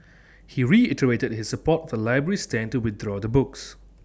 he reiterated his support the library's stand to withdraw the books